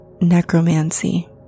necromancy